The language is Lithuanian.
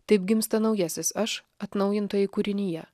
taip gimsta naujasis aš atnaujintoji kūrinija